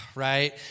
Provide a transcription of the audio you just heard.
Right